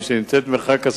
(לא נקראה, נמסרה לפרוטוקול)